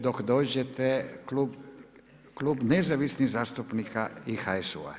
Dok dođete, Klub nezavisnih zastupnika i HSU-a.